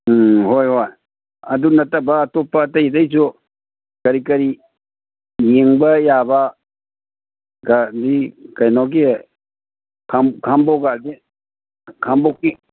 ꯎꯝ ꯍꯣꯏ ꯍꯣꯏ ꯑꯗꯨ ꯅꯠꯇꯕ ꯑꯇꯣꯞꯄ ꯑꯇꯩ ꯑꯇꯩꯁꯨ ꯀꯔꯤ ꯀꯔꯤ ꯌꯦꯡꯕ ꯌꯥꯕ ꯀꯩꯅꯣꯒꯤ ꯈꯥꯡꯉꯕꯣꯛ ꯒꯥꯔꯗꯦꯟ ꯈꯥꯡꯉꯕꯣꯛꯀꯤ